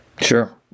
Sure